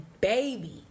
baby